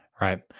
Right